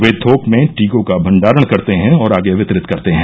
वे थोक में टीकों का भंडारण करते हैं और आगे वितरित करते हैं